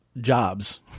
jobs